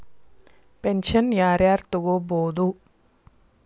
Pension ಯಾರ್ ಯಾರ್ ತೊಗೋಬೋದು?